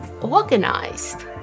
organized